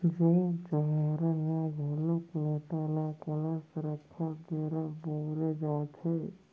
जोत जँवारा म घलोक लोटा ल कलस रखत बेरा बउरे जाथे